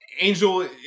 Angel